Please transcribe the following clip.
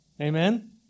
Amen